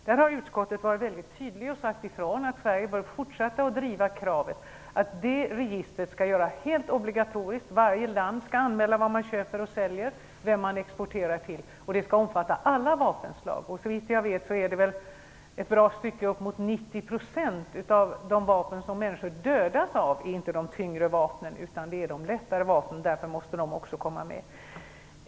Där har utskottet varit väldigt tydligt och sagt ifrån att Sverige bör fortsätta att driva kravet på att det registret skall göras helt obligatoriskt. Varje land skall anmäla vad man köper och säljer samt vem man exporterar till. Det skall dessutom omfatta alla vapenslag. Såvitt jag vet är bra nära 90 % av de vapen som människor dödas av inte tyngre vapen, utan det handlar om lättare vapen. Därför måste också de komma med.